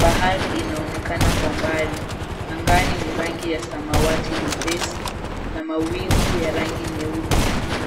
Bahari inaonekana kwa mbali. Angani ni rangi ya samawati nyepesi na mawingu ya rangi nyeupe.